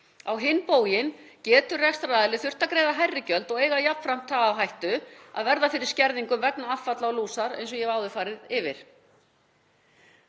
Á hinn bóginn getur rekstraraðili þurft að greiða hærri gjöld og eiga jafnframt þá hættu á að verða fyrir skerðingum vegna affalla og lúsar, eins og ég hef áður farið yfir.